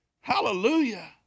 Hallelujah